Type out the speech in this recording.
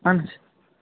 اَہَن حظ